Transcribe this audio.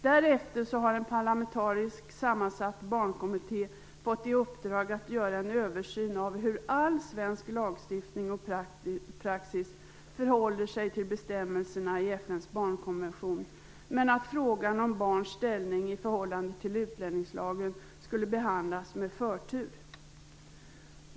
Därefter fick en parlamentariskt sammansatt barnkommitté i uppdrag att göra en översyn av hur all svensk lagstiftning och praxis förhåller sig till bestämmelserna i FN:s barnkonvention, men frågan om barns ställning i förhållande till utlänningslagen skulle behandlas med förtur.